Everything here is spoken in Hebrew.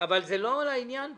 אבל זה לא לעניין פה,